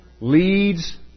leads